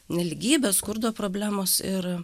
nelygybės skurdo problemos ir